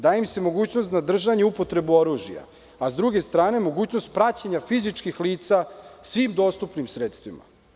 Daje im se mogućnost za držanje i upotrebu oružja, a sa druge strane praćenje fizičkih lica svim dostupnim sredstvima.